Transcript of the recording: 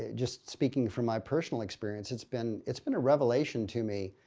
just speaking from my personal experience, it's been it's been a revelation to me,